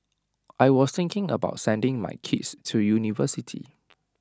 I will thinking about sending my kids to university